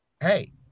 hey